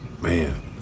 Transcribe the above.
Man